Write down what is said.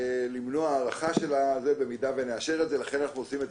למנוע הארכה שלהן אם נאשר את ההצעה ולכן אנחנו עושים את